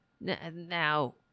Now